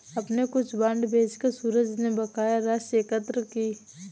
अपने कुछ बांड बेचकर सूरज ने बकाया राशि एकत्र की